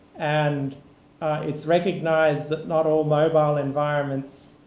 and it's recognized that not all mobile environments